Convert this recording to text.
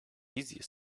wizje